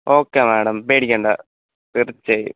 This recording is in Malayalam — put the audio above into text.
ഓക്കെ മാഡം പേടിക്കേണ്ട തീർച്ചയായും